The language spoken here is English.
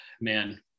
man